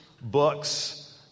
books